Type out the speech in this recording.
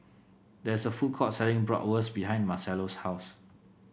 there is a food court selling Bratwurst behind Marcello's house